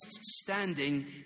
standing